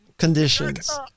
conditions